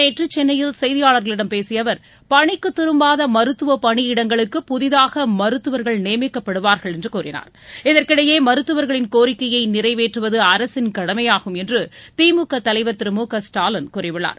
நேற்று சென்னையில் செய்தியாளர்களிடம் பேசிய அவர் பணிக்கு திரும்பாத மருத்துவ பணியிடங்களுக்கு புதிதாக மருத்துவர்கள் நியமிக்கப்படுவார்கள் என்று கூறினார் இதற்கிடையே மருத்துவர்களின் கோரிக்கையை நிறுவேற்றுவது அரசின் கடமையாகும் என்று திமுக தலைவர் திரு மு க ஸ்டாலின் கூறியுள்ளார்